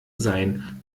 sein